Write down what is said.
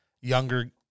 younger